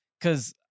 cause